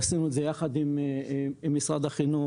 עשינו את זה יחד עם משרד החינוך,